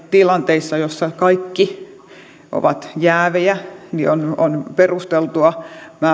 tilanteissa joissa kaikki ovat jäävejä on perusteltua